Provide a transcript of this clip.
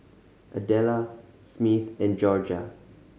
Adela Smith and Jorja